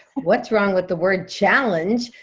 what's wrong with the word challenge?